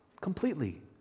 completely